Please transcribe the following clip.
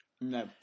No